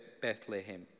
Bethlehem